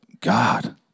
God